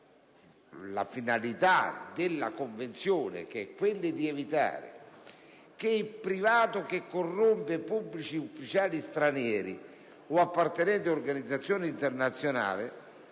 la finalità della Convenzione, quella cioè di evitare che il privato che corrompe pubblici ufficiali stranieri o appartenenti ad organizzazioni internazionali